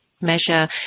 measure